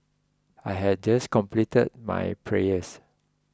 I had just completed my prayers